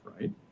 right